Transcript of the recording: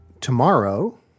Tomorrow